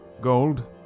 Gold